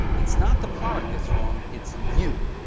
it's not the product, it's wrong, it's you.